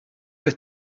beth